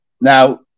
Now